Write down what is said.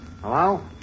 Hello